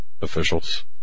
officials